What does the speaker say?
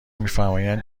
میفرمایند